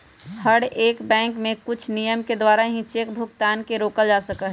हर एक बैंक के कुछ नियम के द्वारा ही चेक भुगतान के रोकल जा सका हई